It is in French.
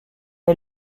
est